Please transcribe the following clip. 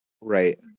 right